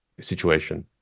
situation